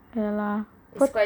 ya lah